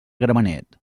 gramenet